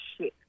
ship